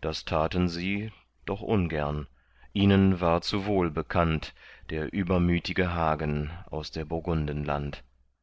das taten sie doch ungern ihnen war zu wohl bekannt der übermütge hagen aus der burgunden land